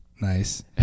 nice